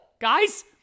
Guys